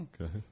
Okay